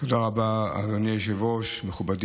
תודה רבה, אדוני היושב-ראש.